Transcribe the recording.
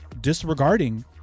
disregarding